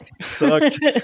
Sucked